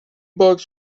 books